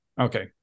Okay